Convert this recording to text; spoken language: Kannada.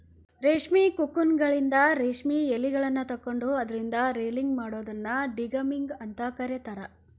ರೇಷ್ಮಿ ಕೋಕೂನ್ಗಳಿಂದ ರೇಷ್ಮೆ ಯಳಿಗಳನ್ನ ತಕ್ಕೊಂಡು ಅದ್ರಿಂದ ರೇಲಿಂಗ್ ಮಾಡೋದನ್ನ ಡಿಗಮ್ಮಿಂಗ್ ಅಂತ ಕರೇತಾರ